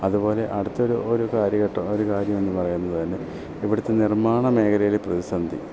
അതുപോലെ അടുത്തൊരു ഒരു കാര്യഘട്ടം ഒരു കാര്യം എന്ന് പറയുന്നത് തന്നെ ഇവിടുത്തെ നിർമ്മാണ മേഘലയിലെ പ്രതിസന്ധി